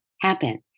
happen